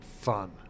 fun